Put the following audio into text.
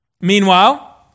Meanwhile